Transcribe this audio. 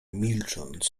milcząc